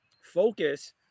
focus